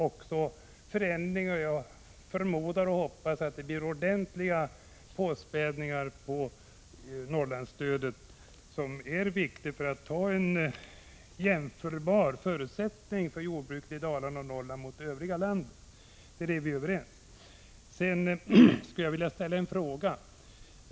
Jag förmodar och hoppas att det blir ordentliga påspädningar på Norrlandsstödet, som är viktigt för att jordbrukarna i Norrland och Dalarna skall ha förutsättningar som är jämförbara med dem som jordbrukarna i övriga landet har. Där är vi överens. Sedan skulle jag vilja ställa en fråga.